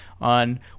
on